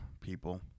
People